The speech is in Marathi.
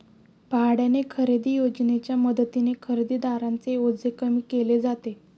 भाड्याने खरेदी योजनेच्या मदतीने खरेदीदारांचे ओझे कमी केले जाते